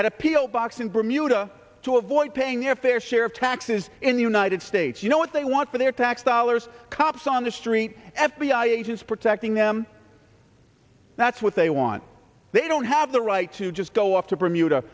at appeal box in bermuda to avoid paying their fair share of taxes in the united states you know what they want for their tax dollars cops on the street f b i agents protecting them that's what they want they don't have the right to just go off to bermuda